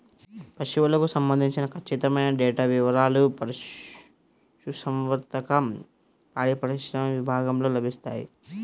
పశువులకు సంబంధించిన ఖచ్చితమైన డేటా వివారాలు పశుసంవర్ధక, పాడిపరిశ్రమ విభాగంలో లభిస్తాయి